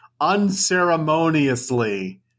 unceremoniously